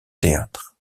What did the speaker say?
théâtre